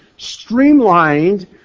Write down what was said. streamlined